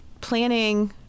planning